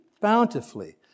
bountifully